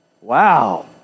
Wow